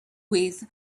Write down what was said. with